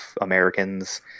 Americans